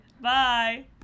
Bye